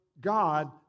God